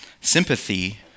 Sympathy